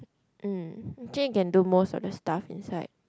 mm actually you can do most of the stuff inside